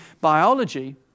biology